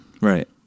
Right